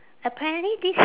apparently this